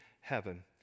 heaven